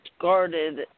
guarded